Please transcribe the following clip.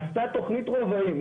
עשתה תכנית רובעים.